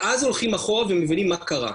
ואז הולכים אחורה ומבינים מה קרה.